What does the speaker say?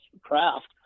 craft